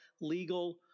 legal